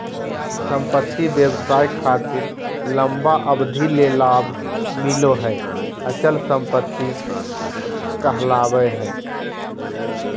संपत्ति व्यवसाय खातिर लंबा अवधि ले लाभ मिलो हय अचल संपत्ति कहलावय हय